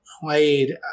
played